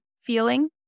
feeling